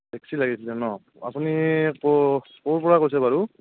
taxi লাগিছিল ন আপুনি ক' ক'ৰ পৰা কৈছে বাৰু